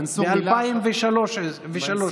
ב-2003, נכון?